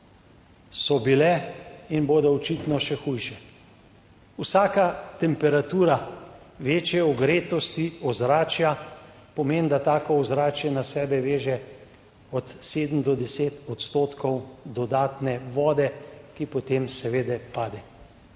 so bile in bodo očitno še hujše. Vsaka temperatura večje ogretosti ozračja pomeni, da tako ozračje na sebe veže od 7 do 10 odstotkov dodatne vode, ki potem seveda pade.